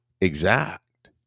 exact